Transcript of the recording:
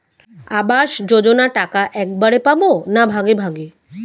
আবাস যোজনা টাকা একবারে পাব না ভাগে ভাগে?